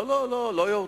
לא, לא, לא יורדים.